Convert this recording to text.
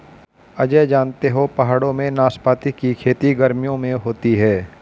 अजय जानते हो पहाड़ों में नाशपाती की खेती गर्मियों में होती है